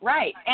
Right